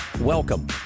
Welcome